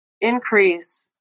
increase